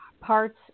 parts